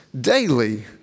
daily